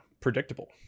predictable